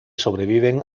sobreviven